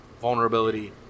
vulnerability